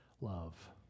love